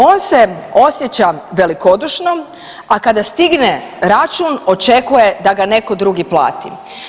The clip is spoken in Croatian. On se osjeća velikodušno, a kada stigne račun očekuje da ga netko drugi plati.